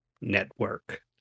network